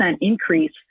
increase